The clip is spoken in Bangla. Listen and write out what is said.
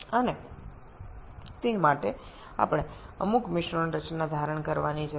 এবং তার জন্য আমাদের কিছু মিশ্রণ উপাদান ধরে নেওয়া দরকার